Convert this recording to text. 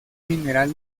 mineral